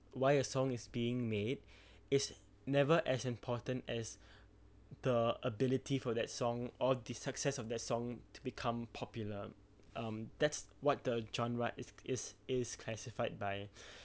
why a song is being made is never as important as the ability for that song or the success of that song to become popular um that's what the genre is is is classified by